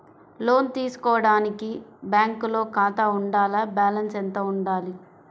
లోను తీసుకోవడానికి బ్యాంకులో ఖాతా ఉండాల? బాలన్స్ ఎంత వుండాలి?